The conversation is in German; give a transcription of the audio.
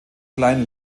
klein